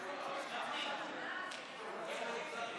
אותך.